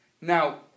Now